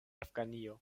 afganio